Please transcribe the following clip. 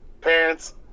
parents